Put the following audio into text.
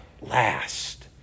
last